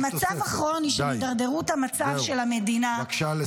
המצב הכרוני של הידרדרות המצב של המדינה -- בבקשה לסיים.